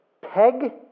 Peg